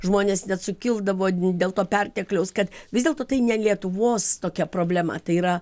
žmonės net sukildavo dėl to pertekliaus kad vis dėlto tai ne lietuvos tokia problema tai yra